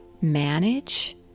manage